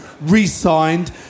re-signed